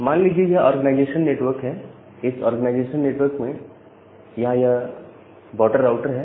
मान लीजिए यह ऑर्गेनाइजेशन नेटवर्क है इस ऑर्गेनाइजेशन नेटवर्क में यहां यह बॉर्डर राउटर हैं